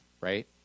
right